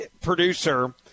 producer